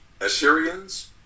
Assyrians